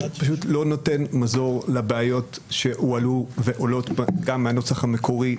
הוא פשוט לא נותן מזור לבעיות שהועלו ועולות גם מהנוסח המקורי.